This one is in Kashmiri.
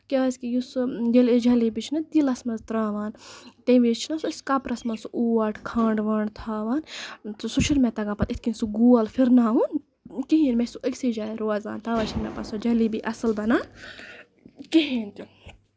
کیازِ کہِ یُس سۄ ییٚلہِ أسۍ جلیبی چھِ نہ تیٖلَس منٛز تراوان تَمہِ وِزِ چھِ نہ أسۍ کَپرَس منٛز سُہ اوٹ کھنڈ وَنڈ تھاوان سُہ چھُنہٕ مےٚ تَگان پَتہٕ اِتھ کٔنۍ سُہ گول پھرناوُن کِہینۍ مےٚ چھُ سُہ أکسی جایہِ روزان تَوے چھےٚ نہٕ مےٚ پتہٕ سۄ جلیبی اَصٕل بَنان کِہینۍ